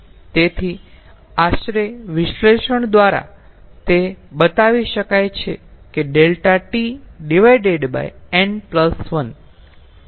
તેથી આશરે વિશ્લેષણ દ્વારા તે બતાવી શકાય છે કે ∆T n 1